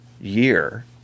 year